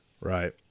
Right